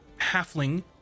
halfling